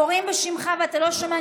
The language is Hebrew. קוראים בשמך ואתה לא שומע.